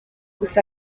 gusa